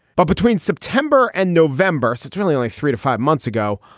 but between september and november, it's really only three to five months ago.